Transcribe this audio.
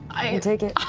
i can take it.